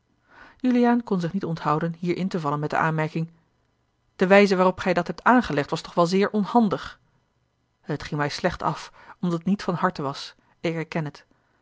juliaan kon zich niet onthouden hier in te vallen met de aanmerking de wijze waarop gij dat hebt aangelegd was toch wel zeer onhandig het ging mij slecht af omdat het niet van harte was ik erken het